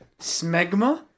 Smegma